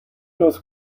لطف